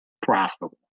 profitable